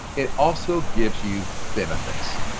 it also gives you benefits.